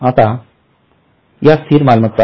आता ह्या स्थिर मालमत्ता आहेत